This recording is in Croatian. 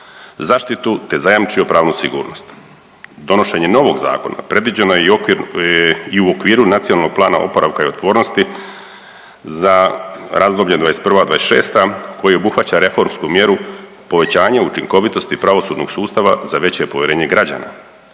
zaštitu te zajamčio pravnu sigurnost. Donošenje novog zakona, predviđeno je i u okviru Nacionalnog plana oporavka i otpornosti za razdoblje '21.-'26. koja obuhvaća reformsku mjeru povećanja učinkovitosti pravosudnog sustava za veće povjerenje građana.